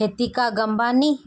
Nitika Gambani